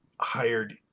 hired